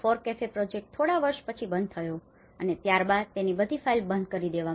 આ FORECAFE project થોડા વર્ષો પછી બંધ થઈ ગયો છે અને ત્યારબાદ તેની બધી ફાઇલ બધું બંધ કરી દેવામાં આવ્યું